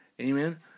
amen